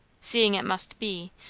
seeing it must be,